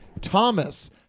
Thomas